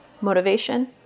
motivation